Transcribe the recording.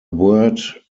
word